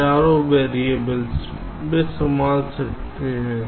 हजारों वेरिएबल वे संभाल सकते हैं